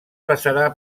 passarà